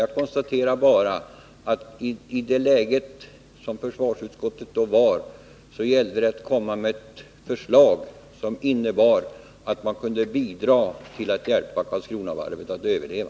Jag konstaterar bara att i det läge som försvarsutskottet då befann sig gällde det att komma med förslag som kunde hjälpa Karlskronavarvet att överleva.